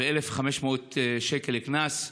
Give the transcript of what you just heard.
ו-1,500 שקל קנס,